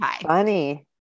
funny